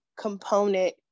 component